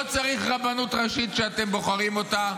לא צריך רבנות ראשית שאתם בוחרים אותה,